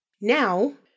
Now